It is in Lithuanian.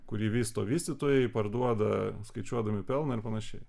kurį vysto vystytojai parduoda skaičiuodami pelną ir panašiai